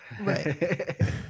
Right